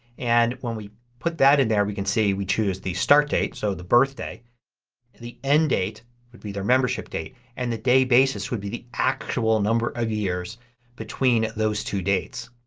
and when we put that in there we could see we choose the start date, so the birthday, and the end date, which would be their membership date, and the day basis would be the actual number of years between those two dates.